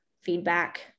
feedback